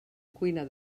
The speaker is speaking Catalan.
cuina